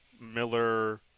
Miller